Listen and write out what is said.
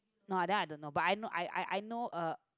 not that I don't know but I know I I I know uh